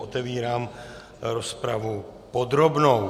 Otevírám rozpravu podrobnou.